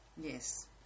Yes